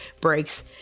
breaks